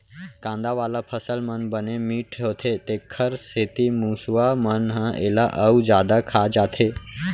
कांदा वाला फसल मन बने मिठ्ठ होथे तेखर सेती मूसवा मन ह एला अउ जादा खा जाथे